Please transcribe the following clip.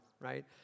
right